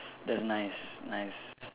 that's nice nice